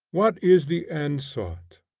what is the end sought?